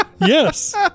yes